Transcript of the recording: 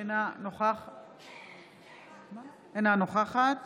אינה נוכחת